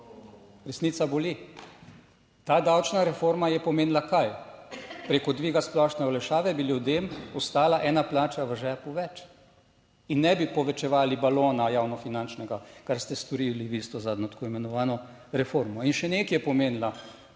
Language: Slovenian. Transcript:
resnica boli. Ta davčna reforma je pomenila kaj? Preko dviga splošne olajšave bi ljudem ostala ena plača v žepu več in ne bi povečevali balona javnofinančnega, kar ste storili vi s to zadnjo tako imenovano reformo. In še nekaj je pomenila,